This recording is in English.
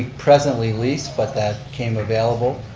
presently leased, but that came available.